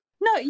No